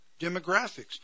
demographics